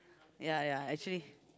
ya ya actually